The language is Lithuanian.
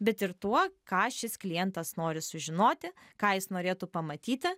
bet ir tuo ką šis klientas nori sužinoti ką jis norėtų pamatyti